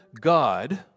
God